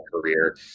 career